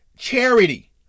charity